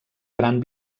gran